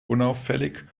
unauffällig